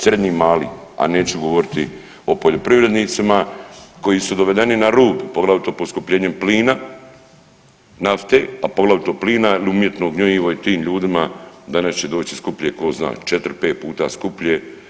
Srednji i mali, a neću govoriti o poljoprivrednicima koji su dovedeni na rub, poglavito poskupljenjem plina, nafte, a poglavito plina, umjetno gnojivo je tim ljudima, danas će doći skuplje, tko zna, 4, 5 puta skuplje.